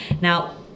Now